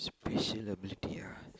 special ability ah